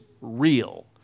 real